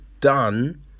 done